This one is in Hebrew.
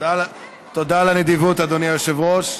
תודה על הנדיבות, אדוני היושב-ראש.